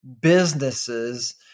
businesses